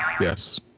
yes